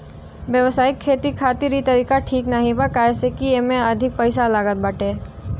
व्यावसायिक खेती खातिर इ तरीका ठीक नाही बा काहे से की एमे अधिका पईसा लागत बाटे